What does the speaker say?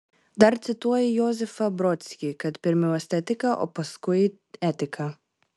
dar cituoji josifą brodskį kad pirmiau estetika o paskui etika